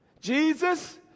Jesus